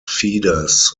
feeders